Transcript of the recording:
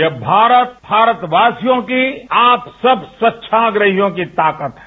ये भारत भारतवासियों की आप सब स्वच्छाग्रहियों की ताकत हैं